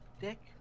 dick